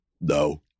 No